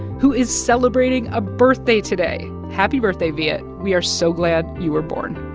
who is celebrating a birthday today. happy birthday, viet. we are so glad you were born.